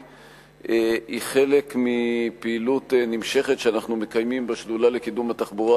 היא חלק מפעילות נמשכת שאנחנו מקיימים בשדולה לקידום התחבורה